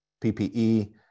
ppe